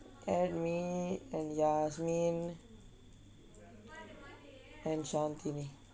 add me and yasmin and shanthini